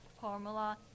formula